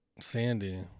sandy